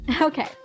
Okay